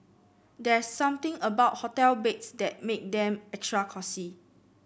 there's something about hotel beds that makes them extra cosy